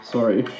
Sorry